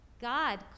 God